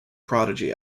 prodigy